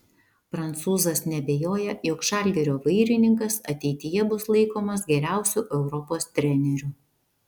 prancūzas neabejoja jog žalgirio vairininkas ateityje bus laikomas geriausiu europos treneriu